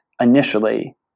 initially